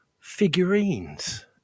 figurines